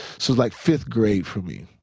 so like fifth grade for me.